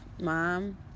mom